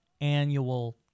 annual